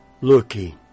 looking